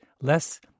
less